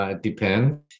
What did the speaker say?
depend